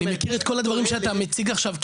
אני מכיר את כל הדברים שאתה מציג עכשיו,